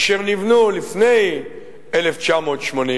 אשר נבנו לפני 1980,